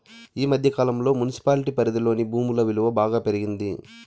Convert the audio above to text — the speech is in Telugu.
ఈ మధ్య కాలంలో మున్సిపాలిటీ పరిధిలోని భూముల విలువ బాగా పెరిగింది